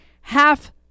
half